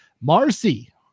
marcy